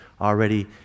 already